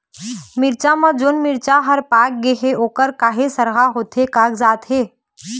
मिरचा म जोन मिरचा हर पाक गे हे ओहर काहे सरहा होथे कागजात हे?